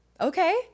okay